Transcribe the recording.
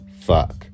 fuck